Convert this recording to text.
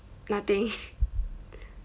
nothing